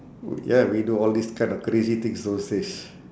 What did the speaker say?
ya we do all these kind of crazy things those days